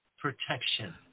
protection